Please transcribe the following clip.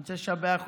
אני רוצה לשבח אותך.